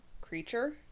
creature